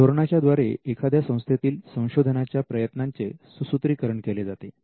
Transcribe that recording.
या धोरणाच्या द्वारे एखाद्या संस्थेतील संशोधनाच्या प्रयत्नांचे सुसूत्रीकरण केले जाते